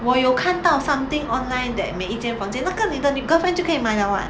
我有看到 something online that 每一间房间那个你 girlfriend 就可以买 liao [what]